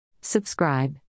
Subscribe